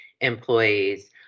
employees